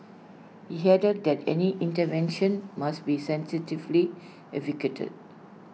he added that any intervention must be sensitively